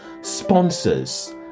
sponsors